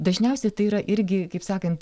dažniausia tai yra irgi kaip sakant